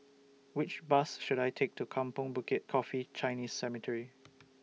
Which Bus should I Take to Kampong Bukit Coffee Chinese Cemetery